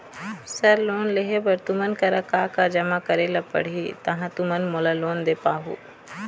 Sir loan लेहे बर तुमन करा का का जमा करें ला पड़ही तहाँ तुमन मोला लोन दे पाहुं?